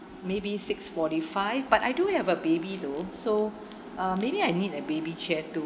maybe six forty five but I do have a baby though so uh maybe I need a baby chair too